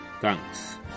Thanks